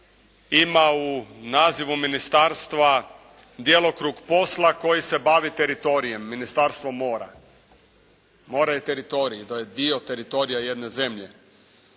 ima u nazivu ministarstva djelokrug posla koji se bavi teritorijem. Ministarstvo mora. More je teritorij, to je dio teritorija jedne zemlje